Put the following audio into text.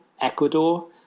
Ecuador